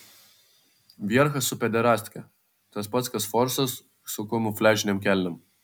vierchas su pederastke tas pats kas forsas su kamufliažinėm kelnėm